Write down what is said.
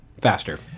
Faster